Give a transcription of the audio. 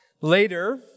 Later